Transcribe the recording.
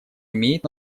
имеет